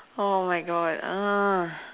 oh my god uh